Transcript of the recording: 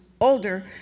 older